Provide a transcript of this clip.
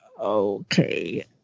okay